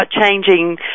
changing